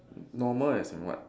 normal as in what